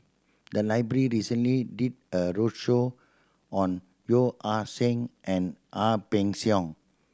the library recently did a roadshow on Yeo Ah Seng and Ang Peng Siong